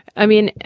i mean,